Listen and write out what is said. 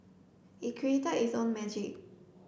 it created its own magic